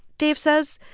dave says,